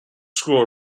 school